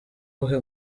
uwuhe